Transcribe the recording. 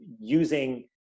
using